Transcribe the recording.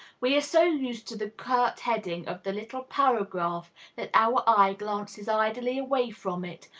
we are so used to the curt heading of the little paragraph that our eye glances idly away from it,